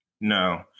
No